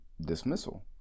dismissal